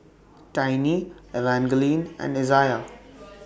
Tiny Evangeline and Izayah